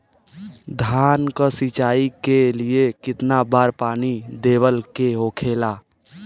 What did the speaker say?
धान की सिंचाई के लिए कितना बार पानी देवल के होखेला?